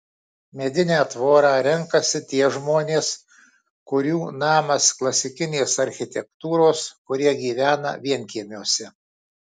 medinę tvorą renkasi tie žmonės kurių namas klasikinės architektūros kurie gyvena vienkiemiuose